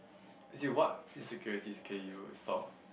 as in what insecurities can you solve